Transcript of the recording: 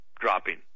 dropping